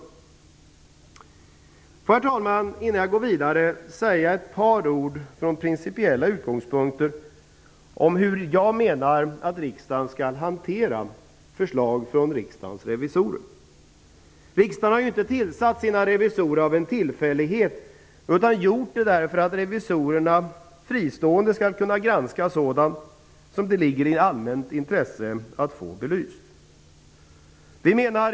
Får jag, herr talman, innan jag går vidare från principiella utgångspunkter säga ett par ord om hur jag menar att riksdagen skall hantera förslag från Riksdagen har ju inte tillsatt sina revisorer av en tillfällighet utan därför att Revisorernana fristående skall kunna granska sådant som det är av allmänt intresse att få belyst.